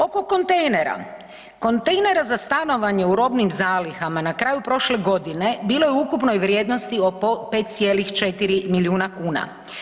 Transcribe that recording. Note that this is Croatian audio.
Oko kontejnera, kontejnera za stanovanje u robnim zalihama na kraju prošle godine bilo je u ukupnoj vrijednosti oko 5,4 milijuna kuna.